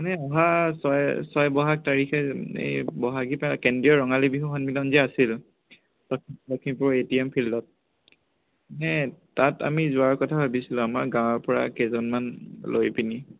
মানে অহা ছয় ছয় বহাগ তাৰিখে বহাগী কেন্দ্ৰীয় ৰঙালী বিহু সন্মিলন যে আছিল তাত লখিমপুৰ এ টি এম ফিল্ডত এনে তাত আমি যোৱাৰ কথা ভাবিছিলোঁ আমাৰ গাঁৱৰ পৰা কেইজনমান লৈ পিনি